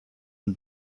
und